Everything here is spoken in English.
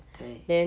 对